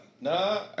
No